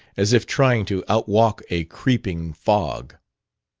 as if trying to outwalk a creeping fog.